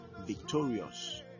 victorious